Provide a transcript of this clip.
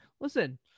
Listen